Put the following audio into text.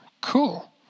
Cool